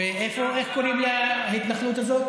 כדי לתמוך.